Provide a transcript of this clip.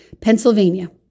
Pennsylvania